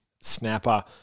snapper